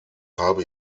habe